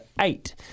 eight